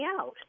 out